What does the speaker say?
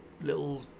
little